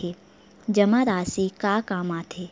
जमा राशि का काम आथे?